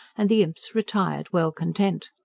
and the imps retired well content.